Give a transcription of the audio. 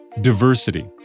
Diversity